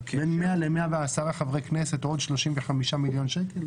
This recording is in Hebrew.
בין 100 ל-110 חברי כנסת עוד 35 מיליון שקלים?